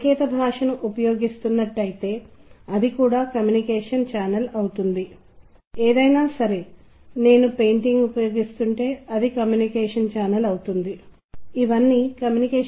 సంగీత అవగాహన మీరు చూస్తారు సంగీతాన్ని మనం గ్రహించే విధానం సంస్కృతి మరియు దాని అర్థంపై ఆధారపడి ఉంటుందని నిర్దిష్ట సంగీతాన్ని ఆ నిర్దిష్ట సాంస్కృతిక సందర్భంలో మనం అలా అనుబంధిస్తాము